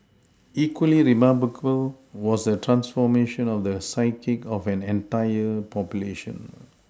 equally remarkable was the transformation of the psyche of an entire population